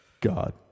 God